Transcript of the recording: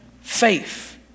faith